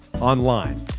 online